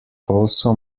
also